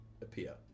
appear